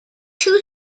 two